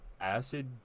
acid